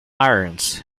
irons